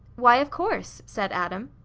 why, of course! said adam.